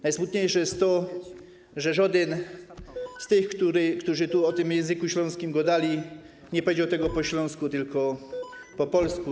Najsmutniejsze jest to, że żodyn z tych, którzy tu o tym języku śląskim godali, nie powiedział tego po śląsku, tylko po polsku.